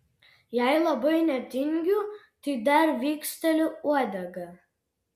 jei labai netingiu tai dar viksteliu uodega